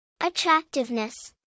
Attractiveness